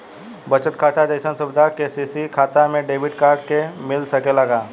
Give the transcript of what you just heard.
बचत खाता जइसन सुविधा के.सी.सी खाता में डेबिट कार्ड के मिल सकेला का?